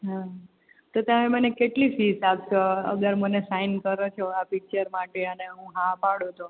હા તો તમે મને કેટલી ફીસ આપશો અગર મને સાઇન કરો છો આ પિક્ચર માટે અને હું હા પાડું તો